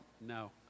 No